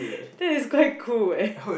that is quite cool eh